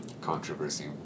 controversy